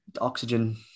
oxygen